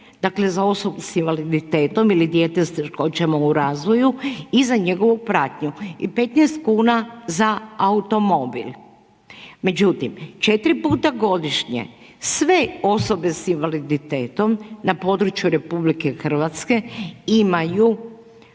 dakle za osobu sa invaliditetom ili dijete sa teškoćama u razvoju i za njegovu pratnju i 15 kuna za automobil. Međutim, 4x godišnje sve osobe sa invaliditetom na području RH imaju